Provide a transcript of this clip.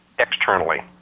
Externally